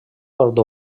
pot